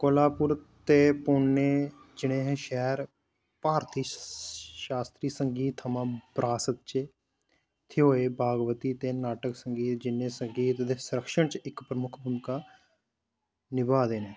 कोल्हापुर ते पुणे जनेह् शैह्र भारती शास्त्री संगीत थमां बरासत च थ्होऐ भाव गीत ते नाटक संगीत जनेह् संगीत दे संरक्षण च इक प्रमुख भूमिका निभा दे न